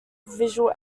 visual